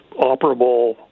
operable